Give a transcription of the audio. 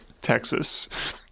Texas